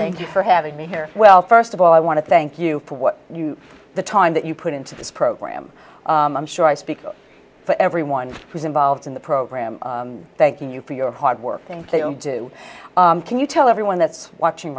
for having me here well first of all i want to thank you for what you the time that you put into this program i'm sure i speak for everyone who's involved in the program thanking you for your hard work thing to do can you tell everyone that's watching